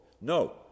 no